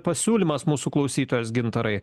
pasiūlymas mūsų klausytojos gintarai